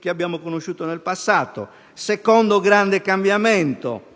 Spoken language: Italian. che abbiamo conosciuto in passato. Il secondo grande cambiamento riguarda